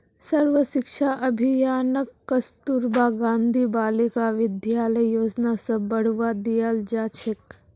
सर्व शिक्षा अभियानक कस्तूरबा गांधी बालिका विद्यालय योजना स बढ़वा दियाल जा छेक